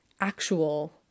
actual